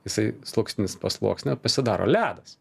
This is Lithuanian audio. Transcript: jisai sluoksnis po sluoksnio pasidaro ledas